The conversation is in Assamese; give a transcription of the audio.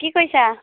কি কৰিছা